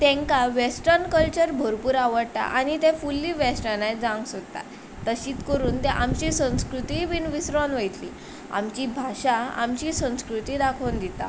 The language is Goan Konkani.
तेंकां वेस्टन कल्चर भोरपूर आवडटा आनी ते फुल्ली वेस्टनायज जावंक सोदता तशीत करून ते आमची संस्कृती बीन विसरोन वयतली आमची भाशा आमची संस्कृती दाखोवन दिता